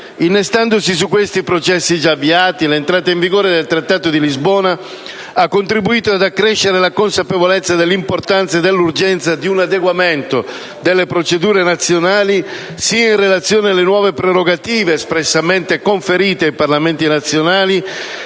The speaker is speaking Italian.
Innestandosi su questi processi già avviati, l'entrata in vigore del Trattato di Lisbona ha contribuito ad accrescere la consapevolezza dell'importanza e dell'urgenza di un adeguamento delle procedure nazionali, sia in relazione alle nuove prerogative espressamente conferite ai Parlamenti nazionali,